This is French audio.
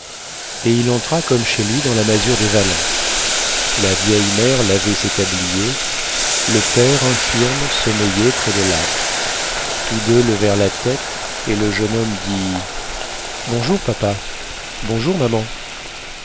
et il entra comme chez lui dans la masure des vallin la vieille mère lavait ses tabliers le père infirme sommeillait près de l'âtre tous deux levèrent la tête et le jeune homme dit bonjour papa bonjour maman